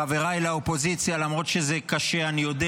חבריי לאופוזיציה, למרות שזה קשה, אני יודע